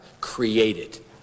created